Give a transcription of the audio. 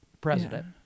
president